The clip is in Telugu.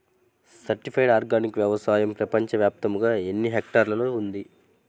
సర్టిఫైడ్ ఆర్గానిక్ వ్యవసాయం ప్రపంచ వ్యాప్తముగా ఎన్నిహెక్టర్లలో ఉంది?